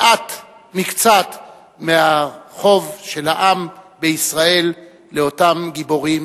מעט מקצת מהחוב של העם בישראל לאותם גיבורים,